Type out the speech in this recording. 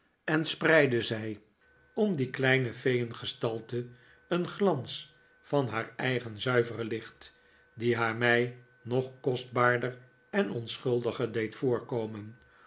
en spreidde zij om die kleine feeengestalte een glans van haar eigen zuivere licht die haar mij nog kostbaarder en onschuldiger deed voorkomen